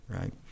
right